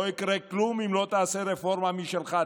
לא יקרה כלום אם לא תעשה רפורמה משלך.